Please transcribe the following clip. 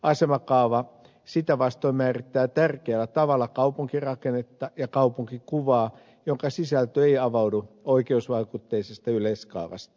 asemakaava sitä vastoin määrittää tärkeällä tavalla kaupunkirakennetta ja kaupunkikuvaa jonka sisältö ei avaudu oikeusvaikutteisesta yleiskaavasta